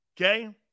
Okay